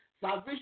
Salvation